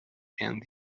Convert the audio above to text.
and